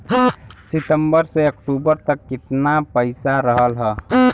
सितंबर से अक्टूबर तक कितना पैसा रहल ह?